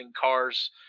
cars